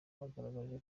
bagaragaje